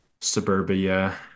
suburbia